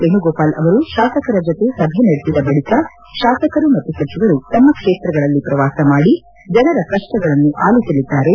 ವೇಣುಗೋಪಾಲ್ ಅವರು ಶಾಸಕರ ಜೊತೆ ಸಭೆ ನಡೆಸಿದ ಬಳಿಕ ಶಾಸಕರು ಮತ್ತು ಸಚಿವರು ತಮ್ಮ ಕ್ಷೇತ್ರಗಳಲ್ಲಿ ಪ್ರವಾಸ ಮಾಡಿ ಜನರ ಕಪ್ಪಗಳನ್ನು ಆಲಿಸಲಿದ್ದಾರೆ